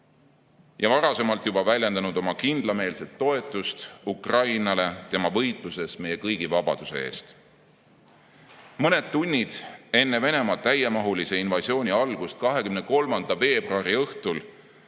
juba varasemalt väljendanud oma kindlameelset toetust Ukrainale tema võitluses meie kõigi vabaduse eest. Mõned tunnid enne Venemaa täiemahulise invasiooni algust 23. veebruari õhtul